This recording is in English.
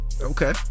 Okay